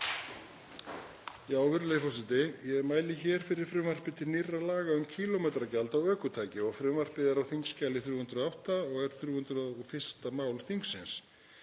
Virðulegi forseti. Ég mæli hér fyrir frumvarpi til nýrra laga um kílómetragjald á ökutæki. Frumvarpið er á þskj. 308 og er 301. mál þingsins.